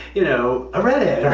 you know, a redhead.